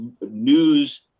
news